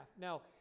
Now